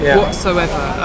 whatsoever